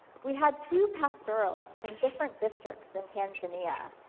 we had two pastoralists from different districts in tanzania.